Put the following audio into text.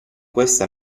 questa